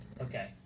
Okay